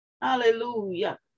Hallelujah